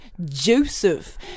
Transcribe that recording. Joseph